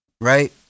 right